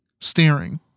staring